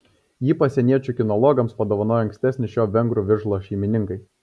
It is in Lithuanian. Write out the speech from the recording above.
jį pasieniečių kinologams padovanojo ankstesni šio vengrų vižlo šeimininkai